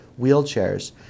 wheelchairs